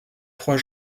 trois